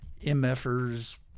MFers